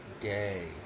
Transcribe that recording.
day